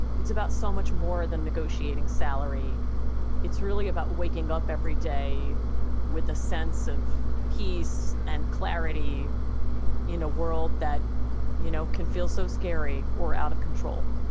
it's about so much more than negotiating salary it's really about waking up every day with a sense of peace and clarity in a world that you know can feel so scary or out of control